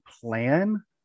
plan